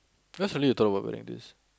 why suddenly you thought about wearing this